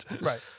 Right